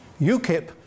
UKIP